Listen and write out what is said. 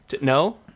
No